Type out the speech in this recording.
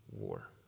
war